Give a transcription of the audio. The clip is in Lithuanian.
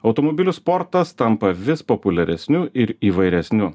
automobilių sportas tampa vis populiaresniu ir įvairesniu